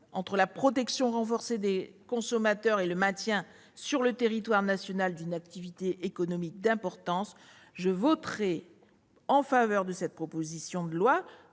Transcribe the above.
entre une protection renforcée des consommateurs et le maintien, sur le territoire national, d'une activité économique d'importance. Je voterai donc en faveur de cette proposition de loi